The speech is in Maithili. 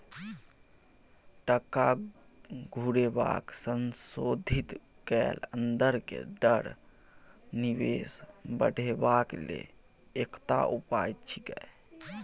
टका घुरेबाक संशोधित कैल अंदर के दर निवेश बढ़ेबाक लेल एकटा उपाय छिएय